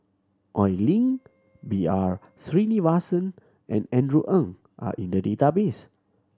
Oi Lin B R Sreenivasan and Andrew Ang are in the database